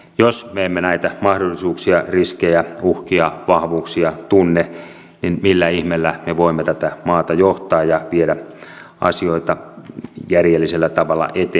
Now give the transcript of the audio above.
jos me emme näitä mahdollisuuksia riskejä uhkia vahvuuksia tunne niin millä ihmeellä me voimme tätä maata johtaa ja viedä asioita järjellisellä tavalla eteenpäin